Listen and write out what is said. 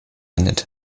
ended